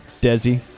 Desi